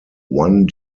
one